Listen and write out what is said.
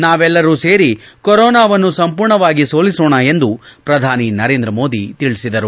ನಾವೆಲ್ಲರೂ ಸೇರಿ ಕೊರೋನಾವನ್ನು ಸಂಪೂರ್ಣವಾಗಿ ಸೋಲಿಸೋಣ ಎಂದು ಪ್ರಧಾನಿ ನರೇಂದ್ರ ಮೋದಿ ತಿಳಿಸಿದರು